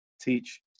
teach